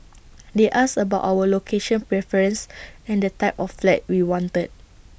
they asked about our location preference and the type of flat we wanted